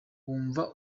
wumva